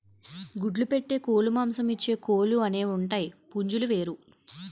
గుడ్లు పెట్టే కోలుమాంసమిచ్చే కోలు అనేవుంటాయి పుంజులు వేరు